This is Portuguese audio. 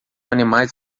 animais